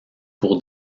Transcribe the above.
pour